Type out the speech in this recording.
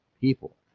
people